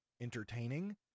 entertaining